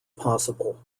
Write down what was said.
possible